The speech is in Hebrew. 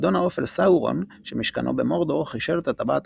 אדון האופל סאורון שמשכנו במורדור חישל את הטבעת